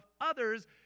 others